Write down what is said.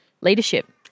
leadership